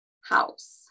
house